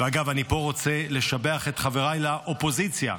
ואגב, אני רוצה לשבח פה את חבריי לאופוזיציה,